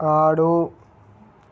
ఆడు